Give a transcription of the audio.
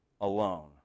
alone